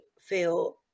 feel